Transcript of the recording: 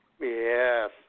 Yes